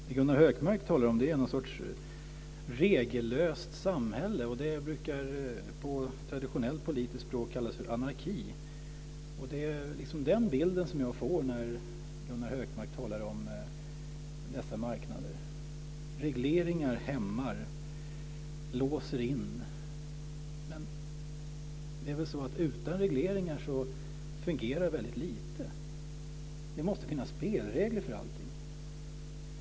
Fru talman! Det som Gunnar Hökmark talar om är någon sorts regellöst samhälle, och det brukar på traditionellt politiskt språk kallas för anarki. Och det är den bilden som jag får när Gunnar Hökmark talar om dessa marknader. Regleringar hämmar och låser in. Men det är väl så att utan regleringar så fungerar väldigt lite? Det måste finnas spelregler för allting.